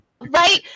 right